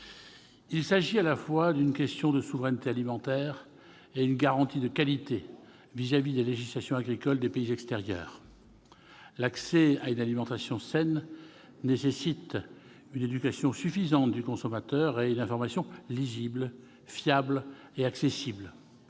Il s'agit, à la fois, d'une question de souveraineté alimentaire et d'une garantie de qualité au regard des législations agricoles des pays extérieurs. L'accès à une alimentation saine nécessite une éducation suffisante du consommateur et une information lisible, fiable et accessible.